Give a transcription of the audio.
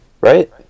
Right